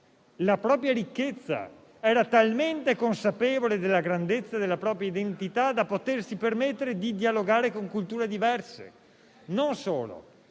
la propria ricchezza. Era talmente consapevole della grandezza della propria identità da potersi permettere di dialogare con culture diverse. Ha